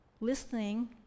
listening